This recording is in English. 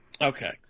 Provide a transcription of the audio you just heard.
okay